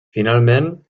finalment